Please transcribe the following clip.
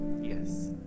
Yes